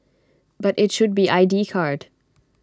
but IT should be I D card